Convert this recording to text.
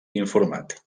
informat